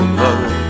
love